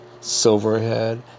Silverhead